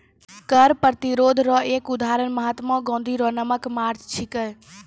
कर प्रतिरोध रो एक उदहारण महात्मा गाँधी रो नामक मार्च छिकै